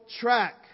track